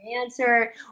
answer